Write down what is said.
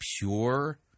pure